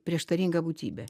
prieštaringa būtybė